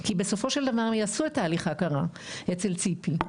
כי בסופו של דבר הם יעשו את הליך ההכרה אצל ציפי.